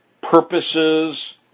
purposes